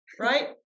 Right